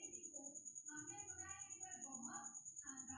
खरपतवार नासक मशीन रो द्वारा अनावश्यक घास काटै मे काम करै छै